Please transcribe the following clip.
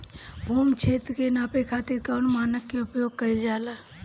भूमि क्षेत्र के नापे खातिर कौन मानक के उपयोग कइल जाला?